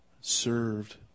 served